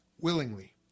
willingly